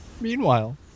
Meanwhile